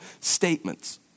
statements